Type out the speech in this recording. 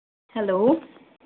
hello